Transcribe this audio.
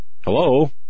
hello